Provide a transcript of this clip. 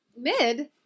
Mid